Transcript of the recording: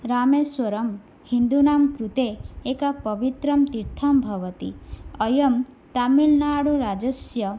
रामेश्वरं हिन्दूनां कृते एकं पवित्रं तीर्थं भवति अयं तमिल्नाडुराज्यस्य